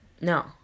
No